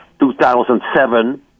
2007